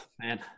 man